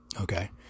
okay